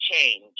change